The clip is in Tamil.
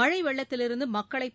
மழைவெள்ளத்திலிருந்துமக்களைப்